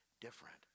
different